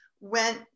went